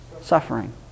suffering